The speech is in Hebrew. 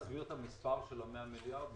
להסביר את המספר של ה-100 מיליארד?